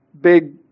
big